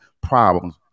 problems